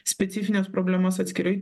specifines problemas atskirai